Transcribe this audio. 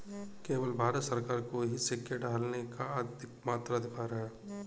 केवल भारत सरकार को ही सिक्के ढालने का एकमात्र अधिकार है